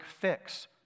fix